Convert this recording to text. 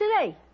today